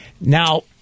Now